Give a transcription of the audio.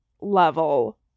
level